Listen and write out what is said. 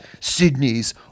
Sydney's